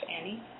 Annie